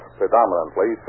predominantly